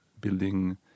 building